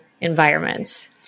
environments